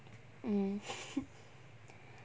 mm